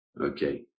okay